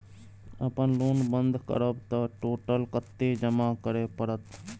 अपन लोन बंद करब त टोटल कत्ते जमा करे परत?